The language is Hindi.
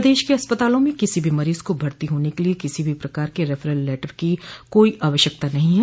प्रदेश के अस्पतालों में किसी भी मरीज को भर्ती होने के लिए किसी भी प्रकार के रेफरल लेटर की कोई आवश्यकता नहीं है